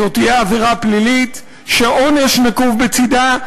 זאת תהיה עבירה פלילית שעונש נקוב בצדה,